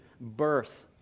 birth